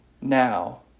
now